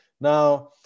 Now